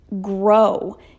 grow